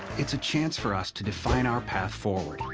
it's a chance for us to define our path forward,